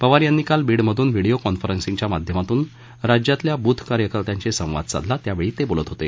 पवार यांनी काल बीड मधून व्हिडीओ कान्फरन्सिंग च्या माध्यमातून राज्यातल्या बूथ कार्यकर्त्यांशी संवाद साधला त्यावेळी ते बोलत होते